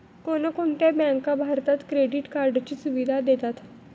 कोणकोणत्या बँका भारतात क्रेडिट कार्डची सुविधा देतात?